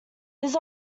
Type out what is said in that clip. his